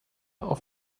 auf